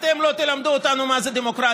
אתם לא תלמדו אותנו מה זה דמוקרטיה,